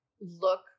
look